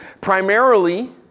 primarily